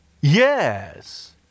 Yes